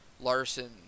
Larson